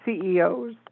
CEOs